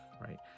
right